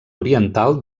oriental